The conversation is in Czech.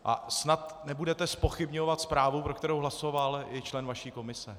A snad nebudete zpochybňovat zprávu, pro kterou hlasoval i člen vaší komise.